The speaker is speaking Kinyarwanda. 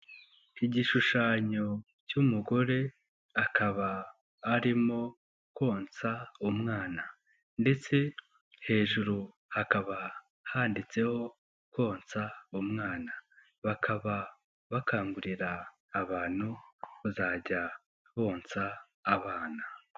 Igishushanyo cy'umugore akaba arimo konsa umwana ndetse hejuru hakaba handitseho konsa umwana, bakaba bakangurira abantu kuzajya bonsa abana.